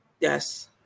Yes